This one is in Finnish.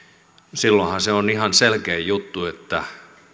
silloinhan se on ihan selkeä juttu että